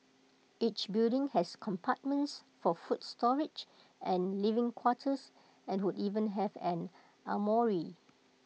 each building has compartments for food storage and living quarters and would even have an armoury